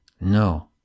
no